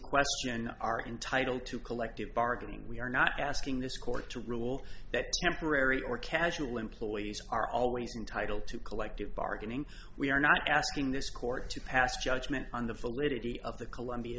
question are entitled to collective bargaining we are not asking this court to rule that temporary or casual employees are always entitle to collective bargaining we are not asking this court to pass judgment on the facility of the columbia